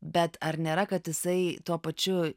bet ar nėra kad jisai tuo pačiu